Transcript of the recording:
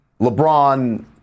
LeBron